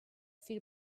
feel